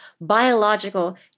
biological